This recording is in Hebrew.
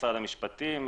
משפטים,